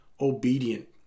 obedient